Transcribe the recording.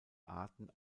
arten